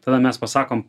tada mes pasakom